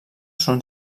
són